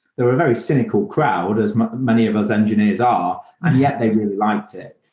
they were a very cynical crowd, as many of us engineers are, and yet they really liked it.